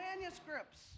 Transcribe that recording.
manuscripts